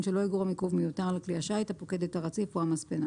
שלא יגרום עיכוב מיותר לכלי השיט הפוקד את הרציף או המספנה".